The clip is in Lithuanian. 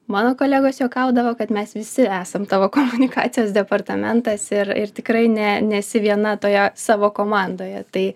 mano kolegos juokaudavo kad mes visi esam tavo komunikacijos departamentas ir ir tikrai ne nesi viena toje savo komandoje tai